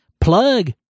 plug